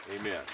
Amen